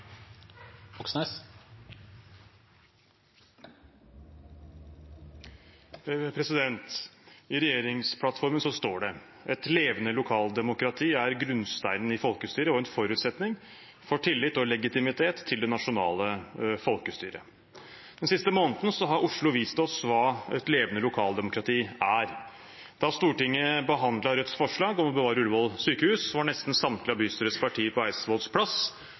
I regjeringsplattformen står det: «Et levende lokaldemokrati er grunnsteinen i folkestyret og en forutsetning for tillit og legitimitet til det nasjonale folkestyret.» Den siste måneden har Oslo vist oss hva et levende lokaldemokrati er. Da Stortinget behandlet Rødts forslag om å bevare Ullevål sykehus, var nesten samtlige av bystyrets partier på Eidsvolls plass